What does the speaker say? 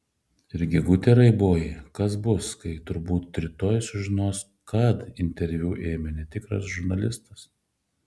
ir gegute raiboji kas bus kai turbūt rytoj sužinos kad interviu ėmė netikras žurnalistas